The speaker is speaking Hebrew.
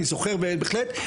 אני זוכר בהחלט.